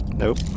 Nope